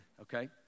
okay